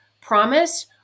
promise